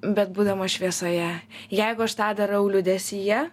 bet būdama šviesoje jeigu aš tą darau liūdesyje